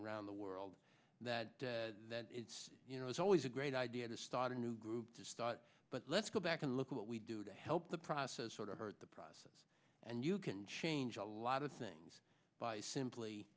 around the world that that it's you know it's always a great idea to start a new group to start but let's go back and look at what we do to help the process or to hurt the process and you can change a lot of things by simply